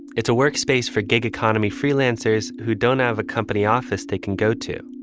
it's a workspace for gig economy freelancers who don't have a company office. they can go to.